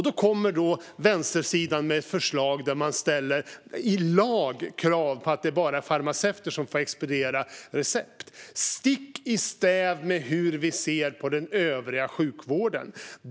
Då kommer vänstersidan med krav på att det ska bli lag på att bara farmaceuter ska få expediera recept, stick i stäv med hur vi ser på den övriga sjukvården!